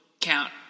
count